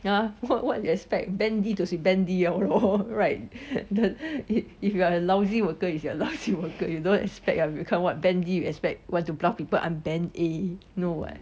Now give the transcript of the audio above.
yeah what what you expect band D 就是 band D liao lor right then if if you are a lousy worker is you are a lucky worker you don't expect ah you become [what] band D you expect [what] to bluff people I'm band A no [what]